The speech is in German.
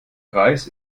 kreis